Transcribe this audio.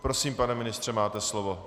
Prosím, pane ministře, máte slovo.